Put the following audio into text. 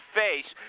face